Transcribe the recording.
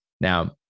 Now